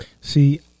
See